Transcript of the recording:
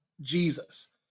Jesus